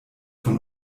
von